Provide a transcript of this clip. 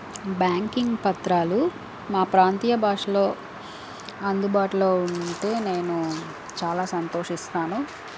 banking పత్రాలు మా ప్రాంతీయ భాషలో అందుబాటులో ఉంటే నేను చాలా సంతోషిస్తాను